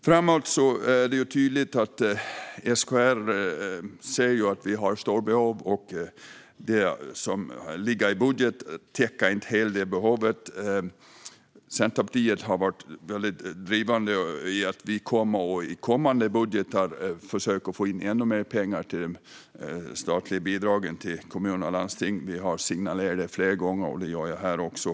SKR säger att vi har stora behov framöver, och det är tydligt att det som ligger i budgeten inte täcker hela detta behov. Centerpartiet har varit drivande i att i kommande budgetar försöka få in ännu mer pengar till statliga bidrag till kommuner och landsting. Vi har signalerat detta flera gånger, och det gör jag här också.